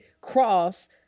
cross